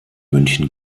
münchen